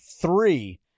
three